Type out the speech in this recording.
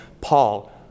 Paul